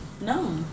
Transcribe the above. no